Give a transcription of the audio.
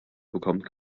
bekommt